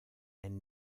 and